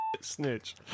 snitch